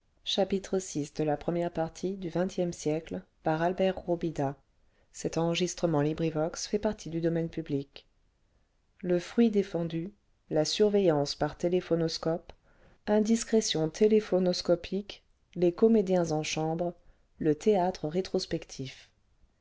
le fruit défendu la surveillance par téléphonoscope indiscrétions téléphonoscopiques les comédiens en chambre le théâtre rétrospectif